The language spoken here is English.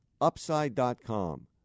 Upside.com